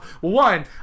One